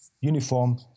uniform